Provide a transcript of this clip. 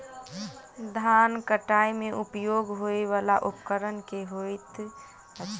धान कटाई मे उपयोग होयवला उपकरण केँ होइत अछि?